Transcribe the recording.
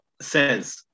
says